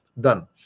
done